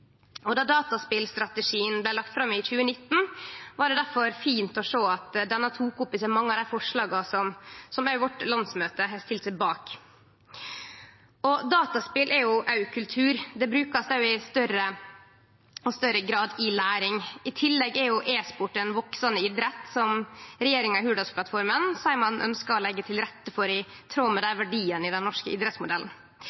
dataspelstrategien blei lagt fram i 2019, var det difor fint å sjå at den tok opp i seg mange av dei forslaga som òg vårt landsmøte har stilt seg bak. Dataspel er òg kultur. Det blir òg i stadig større grad brukt i samband med læring. I tillegg er e-sport ein veksande idrett, som regjeringa i Hurdalsplattforma seier at ein ønskjer å leggje til rette for, i tråd med